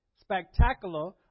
spectacular